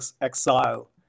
exile